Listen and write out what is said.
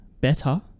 better